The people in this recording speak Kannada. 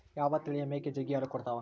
ಯಾವ ತಳಿಯ ಮೇಕೆ ಜಗ್ಗಿ ಹಾಲು ಕೊಡ್ತಾವ?